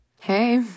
Hey